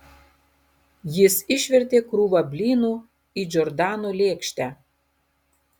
jis išvertė krūvą blynų į džordano lėkštę